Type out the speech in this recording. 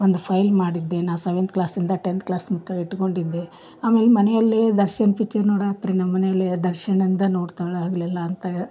ಒಂದು ಫೈಲ್ ಮಾಡಿದ್ದೆ ನಾ ಸೆವೆಂತ್ ಕ್ಲಾಸಿಂದ ಟೆಂತ್ ಕ್ಲಾಸ್ ಮಟ ಇಟ್ಟುಕೊಂಡಿದ್ದೆ ಆಮೇಲೆ ಮನೆಯಲ್ಲಿ ದರ್ಶನ್ ಪಿಚ್ಚರ್ ನೋಡಾತ್ರಿ ನಮ್ಮ ಮನೆಲ್ಲಿ ದರ್ಶನ್ ಅಂದ್ರೆ ನೋಡ್ತಾಳೆ ಹಗಲೆಲ್ಲ ಅಂತ